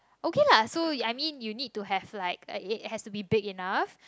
okay lah so I mean you need to have like it has has to be big enough